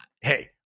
hey